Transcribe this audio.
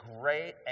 great